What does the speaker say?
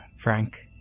Frank